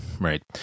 right